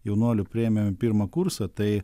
jaunuolių priėmėm į pirmą kursą tai